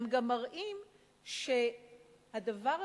והם גם מראים שהדבר הזה,